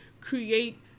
create